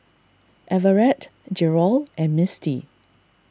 Everette Jerold and Mistie